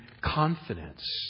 confidence